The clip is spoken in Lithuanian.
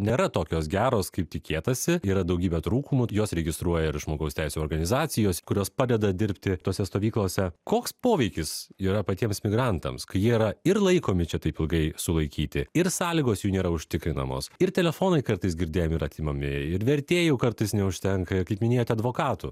nėra tokios geros kaip tikėtasi yra daugybė trūkumų juos registruoja ir žmogaus teisių organizacijos kurios padeda dirbti tose stovyklose koks poveikis yra patiems migrantams kai jie yra ir laikomi čia taip ilgai sulaikyti ir sąlygos jų nėra užtikrinamos ir telefonai kartais girdėjom ir atimami ir vertėjų kartais neužtenka ir kaip minėjot advokatų